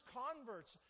converts